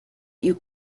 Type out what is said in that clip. you